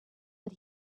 but